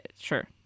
sure